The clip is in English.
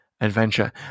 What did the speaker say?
adventure